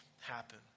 happen